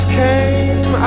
came